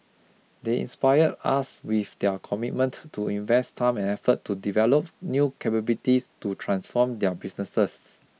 they inspire us with their commitment to invest time and effort to develop new capabilities to transform their businesses